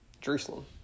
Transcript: Jerusalem